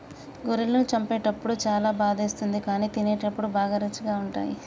గొర్రెలను చంపేటప్పుడు చాలా బాధేస్తుంది కానీ తినేటప్పుడు బాగా రుచిగా ఉంటాయి